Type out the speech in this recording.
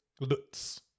Lutz